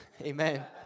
amen